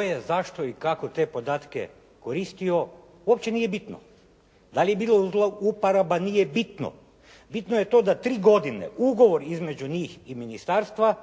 je, zašto i kako te podatke koristio uopće nije bitno. Da li je bilo zlouporaba nije bitno. Bitno je to da tri godine ugovor između njih i ministarstva